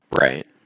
Right